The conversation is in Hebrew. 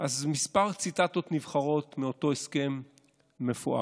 אז כמה ציטטות נבחרות מאותו הסכם מפואר: